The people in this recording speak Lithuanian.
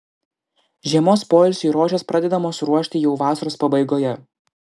žiemos poilsiui rožės pradedamos ruošti jau vasaros pabaigoje